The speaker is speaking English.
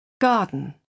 garden